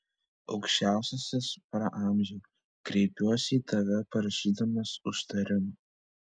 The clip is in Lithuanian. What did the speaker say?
aukščiausiasis praamžiau kreipiuosi į tave prašydamas užtarimo